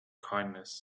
kindness